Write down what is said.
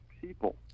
people